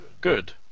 Good